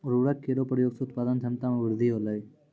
उर्वरक केरो प्रयोग सें उत्पादन क्षमता मे वृद्धि होलय